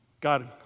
God